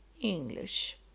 English